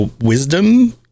wisdom